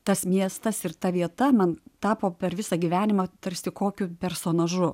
tas miestas ir ta vieta man tapo per visą gyvenimą tarsi kokiu personažu